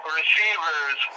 receivers